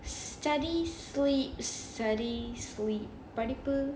study sleep study sleep oh my god